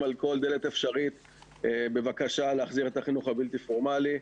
על כל דלת אפשרית בבקשה להחזיר את החינוך הבלתי פורמלי.